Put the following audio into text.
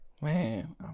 Man